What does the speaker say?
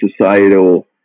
societal